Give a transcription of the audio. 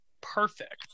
perfect